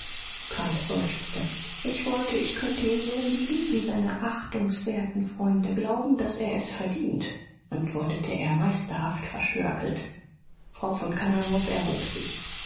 seufzte ich wollte ich könnte ihn so lieben wie seine achtungswerten freunde glauben daß er es verdient antwortete er meisterhaft verschnörkelt frau von kannawurf erhob sich